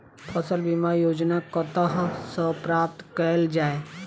फसल बीमा योजना कतह सऽ प्राप्त कैल जाए?